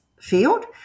field